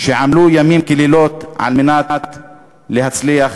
שעמלו לילות כימים כדי להצליח,